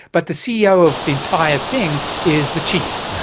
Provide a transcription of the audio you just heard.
but the ceo of the entire thing is the chief,